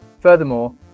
Furthermore